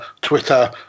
Twitter